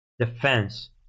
defense